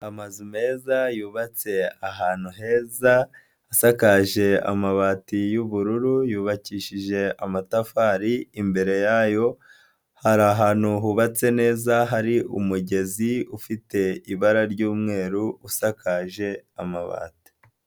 Amazu meza yubatse ahantu heza. Asakaje amabati y'ubururu, yubakishije amatafari. Imbere yayo hari ahantu hubatse neza. Hari umugezi ufite ibara ry'umweru, usakaje amabati.